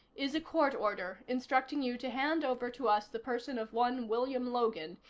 is a court order, instructing you to hand over to us the person of one william logan,